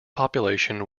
population